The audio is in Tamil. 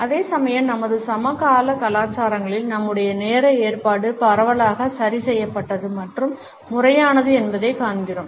அதே சமயம் நமது சமகால கலாச்சாரங்களில் நம்முடைய நேர ஏற்பாடு பரவலாக சரி செய்யப்பட்டது மற்றும் முறையானது என்பதைக் காண்கிறோம்